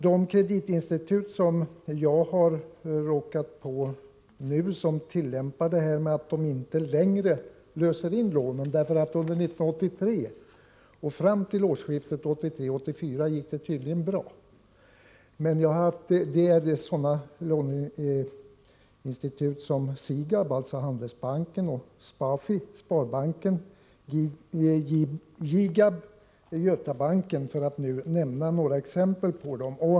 De kreditinstitut jag har råkat på som nu tillämpar principen att inte längre lösa in lånen — under 1983 och fram till årsskiftet 1983-1984 gick det tydligen bra —- är SIGAB, dvs. Handelsbanken, SPAFI, alltså Sparbanken och GIGAB, Götabanken, för att nu nämna några exempel.